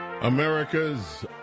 America's